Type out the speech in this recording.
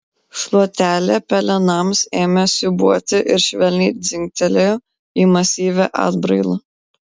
šluotelė pelenams ėmė siūbuoti ir švelniai dzingtelėjo į masyvią atbrailą